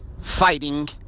fighting